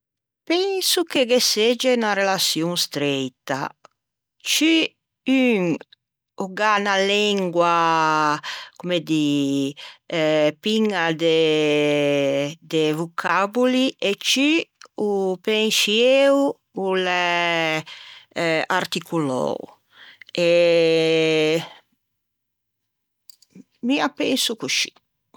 penso che ghe segge 'na relaçion streita ciù un o gh'à na lengua piña de vocaboli e ciù o pensceo o l'é articolou e mi a penso coscì